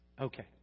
Okay